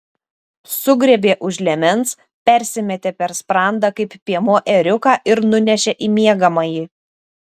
sugriebė už liemens persimetė per sprandą kaip piemuo ėriuką ir nunešė į miegamąjį